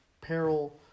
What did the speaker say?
peril